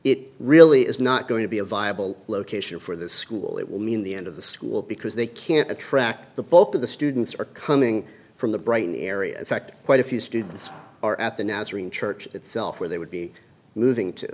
it really is not going to be a viable location for the school it will mean the end of the school because they can't attract the bulk of the students are coming from the brighton area in fact quite a few students are at the now stream church itself where they would be moving to